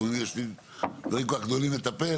יש להם דברים כל כך גדולים לטפל,